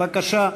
בבקשה.